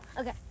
Okay